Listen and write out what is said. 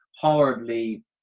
horribly